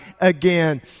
again